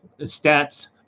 stats